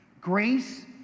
grace